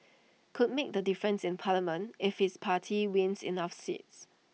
could make the difference in parliament if his party wins enough seats